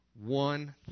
one